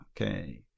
Okay